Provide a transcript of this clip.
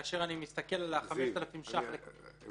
כאשר אני מסתכל על ה-5,000 שקלים --- זיו,